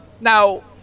Now